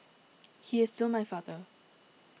he is still my father